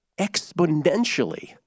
exponentially